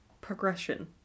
progression